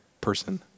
person